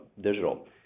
digital